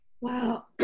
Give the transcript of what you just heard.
Wow